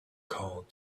called